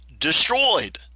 Destroyed